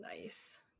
Nice